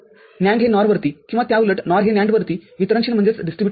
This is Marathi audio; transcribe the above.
NAND हे NOR वरती किंवा त्याउलट NOR हे NAND वरती वितरणशीलनाही